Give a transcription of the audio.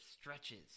stretches